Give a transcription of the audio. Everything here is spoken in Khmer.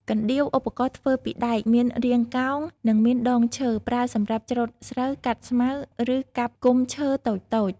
កណ្ដៀវ ឧបករណ៍ធ្វើពីដែកមានរាងកោង និងមានដងឈើ។ ប្រើសម្រាប់ច្រូតស្រូវ កាត់ស្មៅ ឬកាប់គុម្ពឈើតូចៗ។